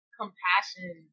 compassion